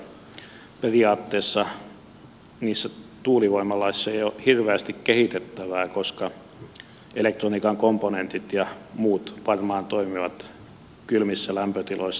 periaatteessa niissä tuulivoimaloissa ei ole hirveästi kehitettävää koska elektroniikan komponentit ja muut varmaan toimivat kylmissä lämpötiloissa